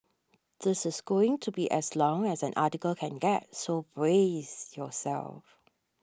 this is going to be as long as an article can get so brace yourself